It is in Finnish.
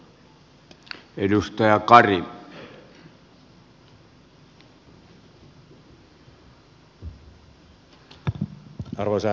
arvoisa herra puhemies